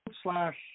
slash